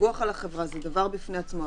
הפיקוח על החברה זה דבר בפני עצמו,